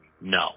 no